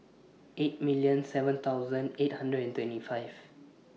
eight seven eight hundred and twenty five